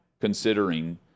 considering